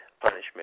Punishment